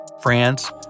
France